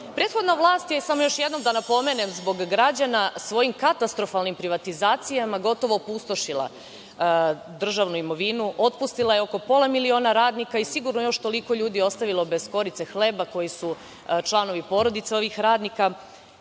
govore. Prethodna vlast je, samo još jednom da napomenem zbog građana, svojim katastrofalnim privatizacijama gotovo opustošila državnu imovinu, otpustila je oko pola miliona radnika i sigurno još toliko ljudi ostavilo bez koricu hleba, koji su članovi porodica ovih radnika.